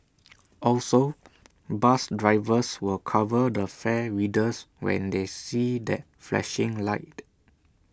also bus drivers will cover the fare readers when they see that flashing light